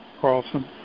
Carlson